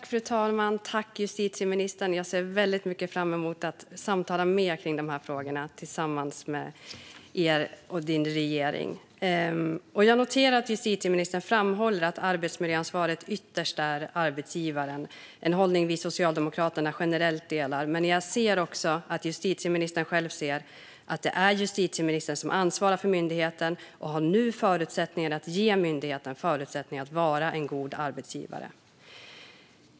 Fru talman! Jag ser väldigt mycket fram emot att samtala mer kring dessa frågor tillsammans med justitieministern och regeringen. Jag noterar att justitieministern framhåller att arbetsmiljöansvaret ytterst är arbetsgivarens - en hållning som vi i Socialdemokraterna generellt delar. Men som justitieministern själv säger är det justitieministern som ansvarar för myndigheten och nu har möjlighet att ge myndigheten förutsättningar att vara en god arbetsgivare.